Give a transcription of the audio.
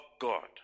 God